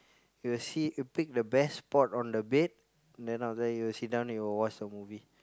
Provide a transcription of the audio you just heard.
he will see he'll pick the best spot on the bed then after that will sit down he will watch the movie